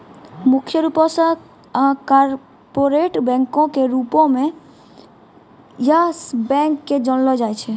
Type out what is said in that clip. मुख्य रूपो से कार्पोरेट बैंको के रूपो मे यस बैंक के जानलो जाय छै